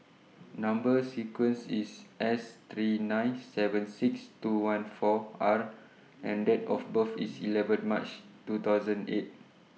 Number sequence IS S three nine seven six two one four R and Date of birth IS eleven March two thousand eight